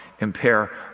impair